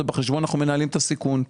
זה בחשבון ואנחנו מנהלים את הסיכון.